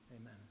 Amen